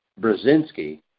Brzezinski